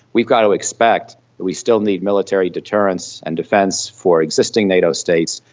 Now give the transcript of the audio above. we've got to expect we still need military deterrence and defence for existing nato states,